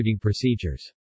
procedures